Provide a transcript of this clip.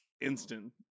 instant